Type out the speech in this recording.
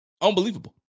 Unbelievable